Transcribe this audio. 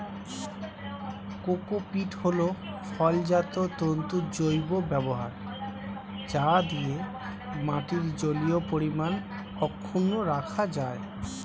cocopeat হল ফলজাত তন্তুর জৈব ব্যবহার যা দিয়ে মাটির জলীয় পরিমাণ অক্ষুন্ন রাখা যায়